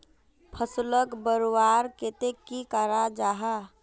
फसलोक बढ़वार केते की करा जाहा?